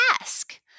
ask